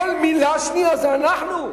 כל מלה שנייה זה אנחנו.